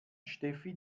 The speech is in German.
steffi